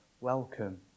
welcome